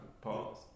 Pause